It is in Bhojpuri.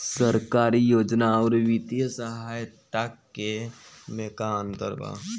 सरकारी योजना आउर वित्तीय सहायता के में का अंतर बा?